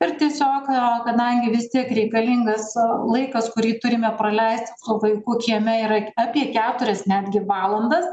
ir tiesiog o kadangi vis tiek reikalingas laikas kurį turime praleisti su vaiku kieme yra apie keturias netgi valandas